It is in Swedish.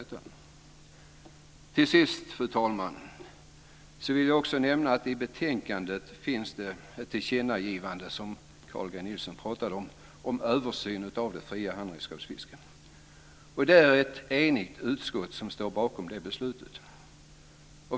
Till sist, fru talman, vill jag nämna att det i betänkandet finns ett tillkännagivande, som Carl G Nilsson nämnde, om översyn av det fria handredskapsfisket. Det är ett enigt utskott som står bakom det beslutet.